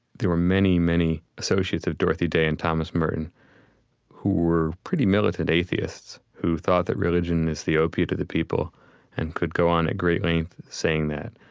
there were many, many associates of dorothy day and thomas merton who were pretty militant atheists, who thought that religion is the opiate of the people and could go on at great length saying that.